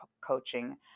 coaching